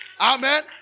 Amen